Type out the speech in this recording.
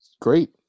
Great